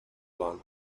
ماند